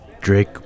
Drake